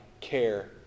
care